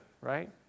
right